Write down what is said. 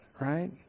right